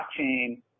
blockchain